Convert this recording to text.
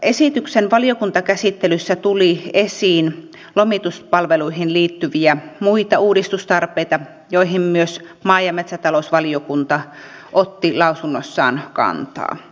esityksen valiokuntakäsittelyssä tuli esiin lomituspalveluihin liittyviä muita uudistustarpeita joihin myös maa ja metsätalousvaliokunta otti lausunnossaan kantaa